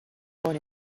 born